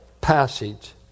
passage